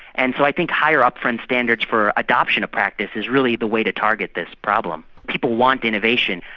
and so i think higher upfront standards for adoption of practice is really the way to target this problem. people want innovation,